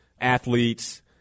athletes